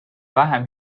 vähem